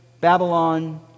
Babylon